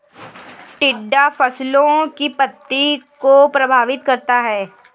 टिड्डा फसलों की पत्ती को प्रभावित करता है